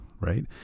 right